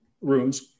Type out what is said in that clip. rooms